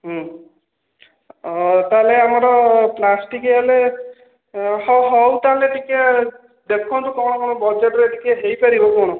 ହୁଁ ହଉ ତାହେଲେ ଆମର ପ୍ଲାଷ୍ଟିକ ହେଲେ ହଉ ତାହେଲେ ଟିକେ ଦେଖନ୍ତୁ କଣ କଣ ବଜେଟ୍ରେ ଟିକେ ହେଇପାରିବ କଣ